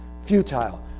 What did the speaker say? futile